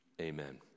amen